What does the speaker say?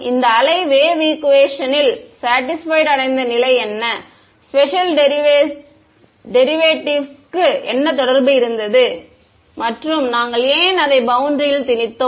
இந்த அலை வேவ் ஈக்குவேஷனை ல் சேடிஸ்பைட் அடைந்த நிலை என்ன ஸ்பெஷல் டெரிவேட்டிவ்ஸ்க்கு என்ன தொடர்பு இருந்தது மற்றும் நாங்கள் ஏன் அதை பௌண்டரில் திணித்தோம்